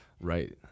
right